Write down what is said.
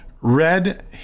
red